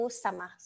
sama